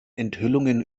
enthüllungen